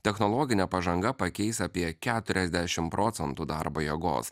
technologinė pažanga pakeis apie keturiasdešim procentų darbo jėgos